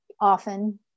often